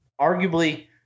arguably